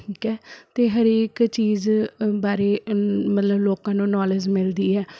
ਠੀਕ ਹੈ ਅਤੇ ਹਰੇਕ ਚੀਜ਼ ਬਾਰੇ ਮਤਲਬ ਲੋਕਾਂ ਨੂੰ ਨੌਲੇਜ ਮਿਲਦੀ ਹੈ